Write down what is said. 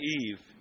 Eve